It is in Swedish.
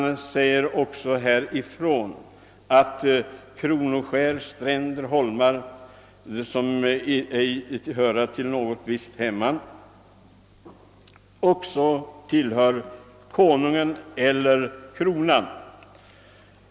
Det sägs också ifrån att »kronoskär, stränder och holmar, som egentligen ej höra till något visst hemman», tillhör Konungen eller kronan.